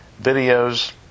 videos